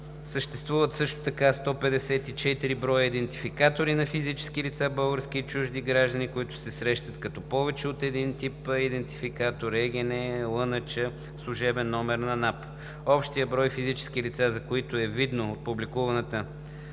съществуват 154 броя идентификатори на физически лица (български и чужди граждани), които се срещат като повече от един тип идентификатор – ЕГН, ЛНЧ, служебен номер на НАП; общ брой на физическите лица, за които е видно от публикуваната информация